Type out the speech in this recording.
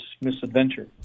misadventure